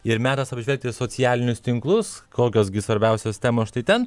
ir metas apžvelgti socialinius tinklus kokios gi svarbiausios temos štai ten